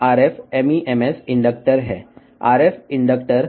తదుపరి రకం భాగం RF MEMS ఇండక్టర్స్